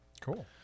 Cool